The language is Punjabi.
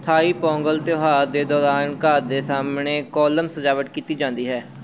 ਥਾਈ ਪੋਂਗਲ ਤਿਉਹਾਰ ਦੇ ਦੌਰਾਨ ਘਰ ਦੇ ਸਾਹਮਣੇ ਕੋਲਮ ਸਜਾਵਟ ਕੀਤੀ ਜਾਂਦੀ ਹੈ